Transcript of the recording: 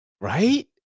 Right